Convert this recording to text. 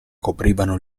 coprivano